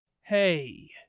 Hey